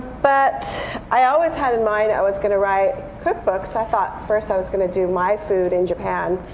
but i always had in mind i was going to write cookbooks. i thought first i was going to do my food in japan.